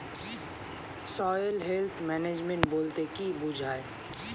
Soil health management বলতে কি বুঝায়?